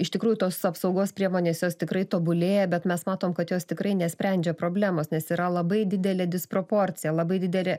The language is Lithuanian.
iš tikrųjų tos apsaugos priemonės jos tikrai tobulėja bet mes matom kad jos tikrai nesprendžia problemos nes yra labai didelė disproporcija labai didelė